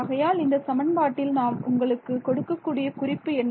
ஆகையால் இந்த சமன்பாட்டில் நாம் உங்களுக்கு கொடுக்கக்கூடிய குறிப்பு என்ன